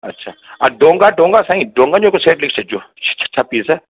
अच्छा डोंगा डोंगा साईं ड़ोंगन जो हिकु सैट लिखी छॾिजो छ छह पीस